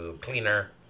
cleaner